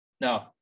No